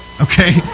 okay